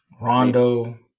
Rondo